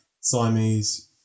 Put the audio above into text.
Siamese